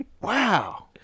Wow